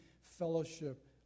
fellowship